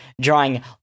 drawing